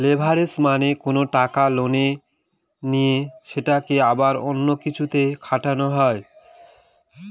leverage মানে কোনো টাকা লোনে নিয়ে সেটাকে আবার অন্য কিছুতে খাটানো